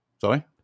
Sorry